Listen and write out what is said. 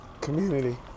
Community